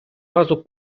разу